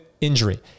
injury